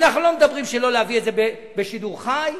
אנחנו לא אומרים לא להביא את זה בשידור חי.